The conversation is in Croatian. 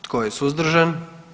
Tko je suzdržan?